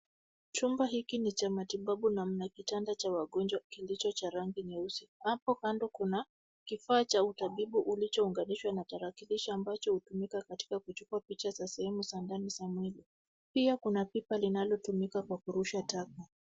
Chumba hiki ni cha matibabu na mna vitanda vya wagonjwa kilicho cha rangi nyeusi. Hapo kando kuna kifaa cha utabibu kilichounganishwa na tarakilishi ambacho hutumika katika kuchukua picha za sehemu za ndani ya mwili. Pia kuna pipa linalotumika kwa kurusha taka.